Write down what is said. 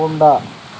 Honda